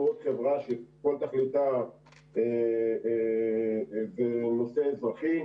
עוד חברה שכל תכליתה הוא בנושא אזרחי,